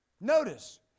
Notice